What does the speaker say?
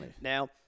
Now